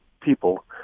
people